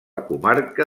comarca